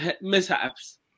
mishaps